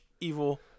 evil